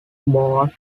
boat